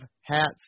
hats